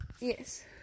Yes